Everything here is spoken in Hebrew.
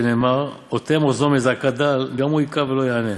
שנאמר 'אוטם אוזנו מזעקת דל גם הוא יקרא ולא יענה'.